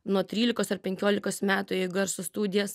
nuo trylikos ar penkiolikos metų į garsų studijas